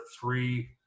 three